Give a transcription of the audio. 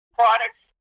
products